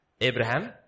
Abraham